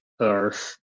Earth